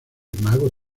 mago